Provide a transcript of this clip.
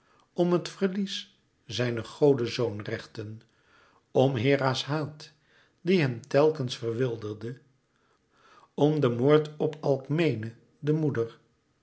om het verlies zijner godezoonrechten om hera's haat die hem telkens verwilderde om den moord op alkmene de moeder